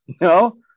no